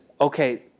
okay